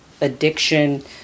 addiction